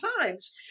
times